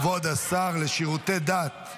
תודה רבה לכבוד השר לשירותי הדת.